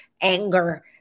anger